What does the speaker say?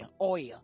oil